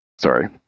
Sorry